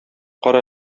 кара